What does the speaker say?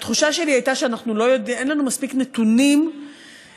התחושה שלי הייתה שאין לנו מספיק נתונים לבסס